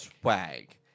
Swag